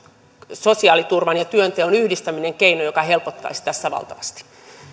sosiaaliturvan ja työnteon yhdistäminen on yksi keino joka helpottaisi tässä valtavasti